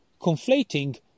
conflating